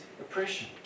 oppression